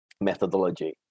methodology